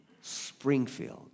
Springfield